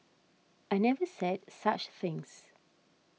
I never said such things